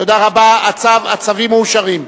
תודה רבה, הצווים מאושרים.